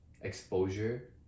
exposure